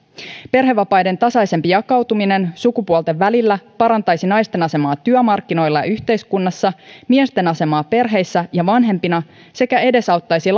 perhevapaiden tasaisempi jakautuminen sukupuolten välillä parantaisi naisten asemaa työmarkkinoilla ja yhteiskunnassa ja miesten asemaa perheissä ja vanhempina sekä edesauttaisi